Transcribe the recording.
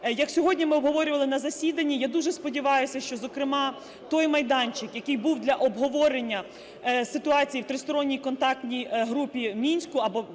Як сьогодні ми обговорювали на засіданні, я дуже сподіваюсь, що, зокрема, той майданчик, який був для обговорення ситуації в тристоронній контактній групі в Мінську, або так